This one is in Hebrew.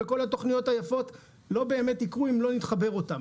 וכל התוכניות היפות לא באמת יקרו אם לא נחבר אותם.